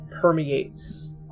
permeates